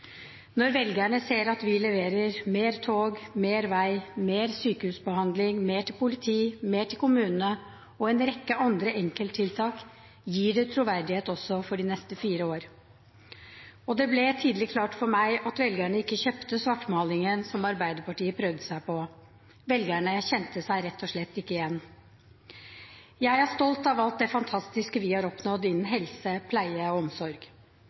Når velgerne ser at vi leverer mer tog, mer vei, mer sykehusbehandling, mer til politi, mer til kommunene og en rekke andre enkelttiltak, gir det troverdighet også for de neste fire år. Og det ble tidlig klart for meg at velgerne ikke kjøpte svartmalingen som Arbeiderpartiet prøvde seg på. Velgerne kjente seg rett og slett ikke igjen. Jeg er stolt av alt det fantastiske vi har oppnådd innen helse, pleie og omsorg.